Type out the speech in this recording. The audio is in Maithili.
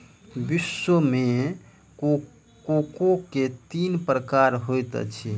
विश्व मे कोको के तीन प्रकार होइत अछि